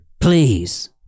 Please